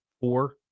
four